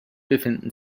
befinden